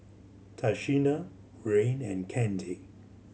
Tashina Rayne and Kandy